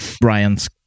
Brian's